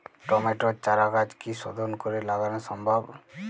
টমেটোর চারাগাছ কি শোধন করে লাগানো সম্ভব?